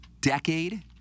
decade